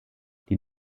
die